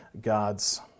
God's